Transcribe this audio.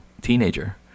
teenager